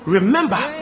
Remember